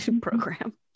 program